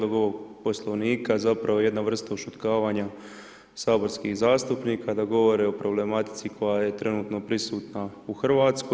ovog Poslovnika zapravo jedna vrsta ušutkavanja saborskih zastupnika da govore o problematici koja je trenutno prisutna u Hrvatskoj.